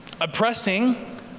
oppressing